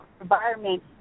environment